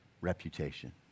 reputation